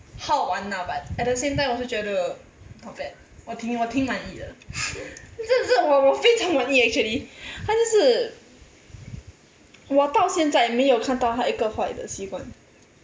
好玩 ah but at the same time 我是觉得 not bad 我挺我挺满意的真的真的我非常满意 actually 他就是我到现在没有看到他一个坏的习惯